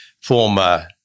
former